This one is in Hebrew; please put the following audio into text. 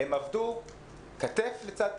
הם עבדו כתף לצד כתף,